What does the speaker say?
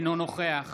אינו נוכח